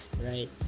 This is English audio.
right